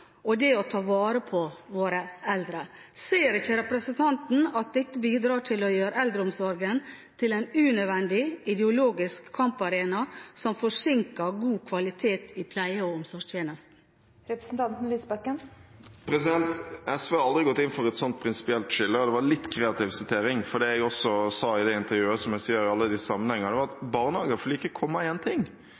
og til å ta vare på våre eldre? Ser ikke representanten at dette bidrar til å gjøre eldreomsorgen til en unødvendig ideologisk kamparena, som forsinker god kvalitet i pleie- og omsorgstjenesten? SV har aldri gått inn for et sånt prinsipielt skille, og det var litt kreativ sitering, for det jeg også sa i det intervjuet, og som jeg sier i alle disse sammenhengene, var at barnehageforliket kom av én ting. Det var at Høyre, på den tiden i regjering, ikke